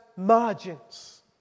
Margins